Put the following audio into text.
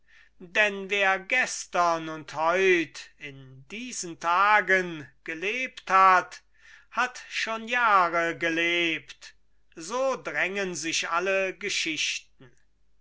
denn wer gestern und heut in diesen tagen gelebt hat hat schon jahre gelebt so drängen sich alle geschichten